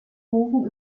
rufen